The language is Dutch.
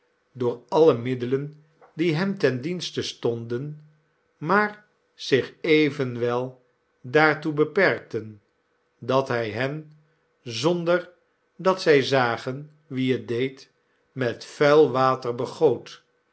door alle middelen die hem tendienste stonden maar zich evenwel daartoe beperkten dat hij hen zonder dat zij zagen wie het deed met vuil water begoot